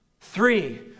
three